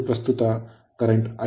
ಇದು ಪ್ರಸ್ತುತ I 0